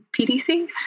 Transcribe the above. PDC